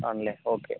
ആണല്ലേ ഓക്കെ